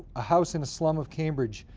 a house in a slum of cambridge,